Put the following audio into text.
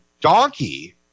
donkey